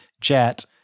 Jet